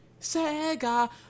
Sega